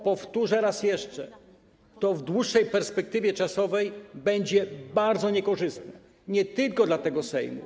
Powtórzę raz jeszcze: to w dłuższej perspektywie czasowej będzie bardzo niekorzystne, nie tylko dla tego Sejmu.